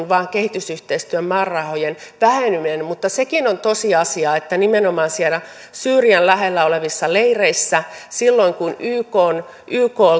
vain kehitysyhteistyön määrärahojen väheneminen mutta sekin on tosiasia että nimenomaan sieltä syyrian lähellä olevilta leireiltä silloin kun ykn ykn